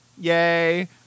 Yay